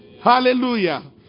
Hallelujah